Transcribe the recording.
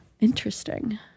Interesting